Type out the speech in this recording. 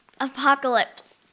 Apocalypse